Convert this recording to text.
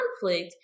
conflict